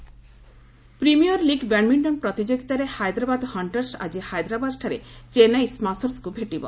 badminton premier league badminton ପ୍ରତିଯୋଗିତାରେ Hyderabad hunters ଆଜି ହାଇଦ୍ରାବାଦଠାରେ ଚେନ୍ନାଇ ସ୍କାସର୍ସକୁ ଭେଟିବ